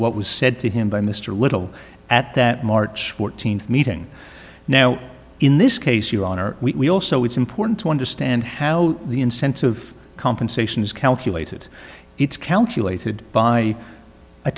what was said to him by mr little at that march fourteenth meeting now in this case you are we also it's important to understand how the incentive compensation is calculated it's calculated by a